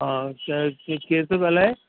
हा कंहिं केर थो ॻाल्हाए